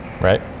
Right